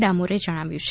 ડામોરે જણાવ્યુ છે